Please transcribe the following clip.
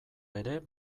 ere